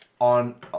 on